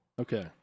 Okay